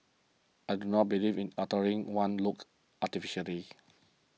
I do not believe in altering one's looks artificially